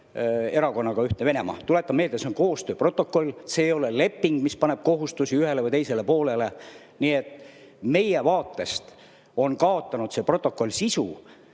erakonnaga Ühtne Venemaa. Tuletan meelde, et see on koostööprotokoll. See ei ole leping, mis paneb kohustusi ühele või teisele poolele. Nii et meie vaates kaotas see protokoll sisu